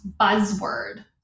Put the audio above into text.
buzzword